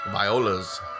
Violas